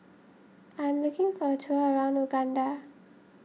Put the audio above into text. I'm looking for a tour around Uganda